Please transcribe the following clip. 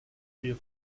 trier